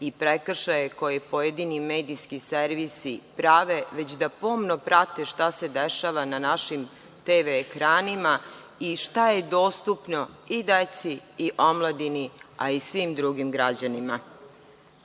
i prekršaje koje pojedini medijski servisi prave, već da pomno prate šta se dešava na našim tv ekranima i šta je dostupno i deci i omladini, a i svim drugim građanima. Pre